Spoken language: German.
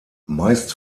meist